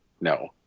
no